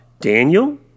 Daniel